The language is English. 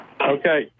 okay